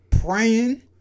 praying